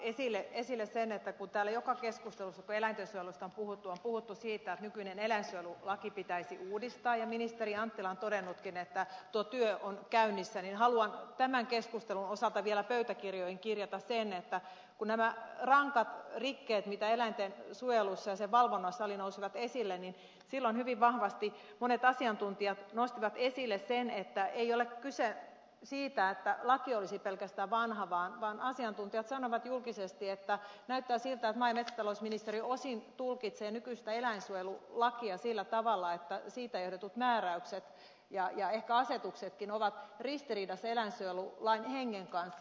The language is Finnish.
kun täällä joka keskustelussa kun eläintensuojelusta on puhuttu on puhuttu siitä että nykyinen eläinsuojelulaki pitäisi uudistaa ja ministeri anttila on todennutkin että tuo työ on käynnissä niin haluan tämän keskustelun osalta vielä pöytäkirjoihin kirjata sen että kun nämä rankat rikkeet eläintensuojelussa ja sen valvonnassa nousivat esille silloin hyvin vahvasti monet asiantuntijat nostivat esille sen että ei ole kyse siitä että laki olisi pelkästään vanha vaan asiantuntijat sanoivat julkisesti että näyttää siltä että maa ja metsätalousministeriö osin tulkitsee nykyistä eläinsuojelulakia sillä tavalla että siitä johdetut määräykset ja ehkä asetuksetkin ovat ristiriidassa eläinsuojelulain hengen kanssa